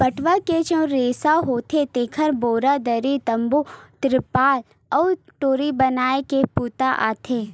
पटवा के जउन रेसा होथे तेखर बोरा, दरी, तम्बू, तिरपार अउ डोरी बनाए के बूता आथे